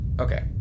Okay